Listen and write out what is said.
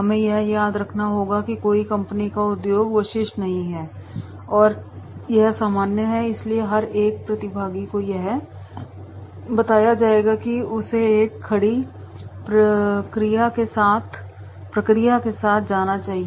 हमें यह याद रखना होगा कि यह कोई कंपनी या उद्योग वशिष्ठ नहीं है यह सामान्य है इसलिए हर एक प्रतिभागी को यह बताया जाएगा कि उसे एक खड़ी प्रक्रिया के साथ जाना है